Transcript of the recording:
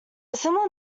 similar